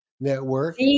network